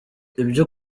ibyo